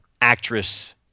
actress